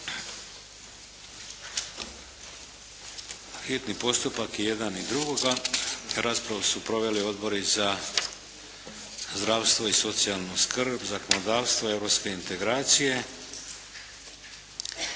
čitanje, P.Z.E. br. 35 Raspravu su proveli Odbor za zdravstvo i socijalnu skrb, zakonodavstvo, europske integracije.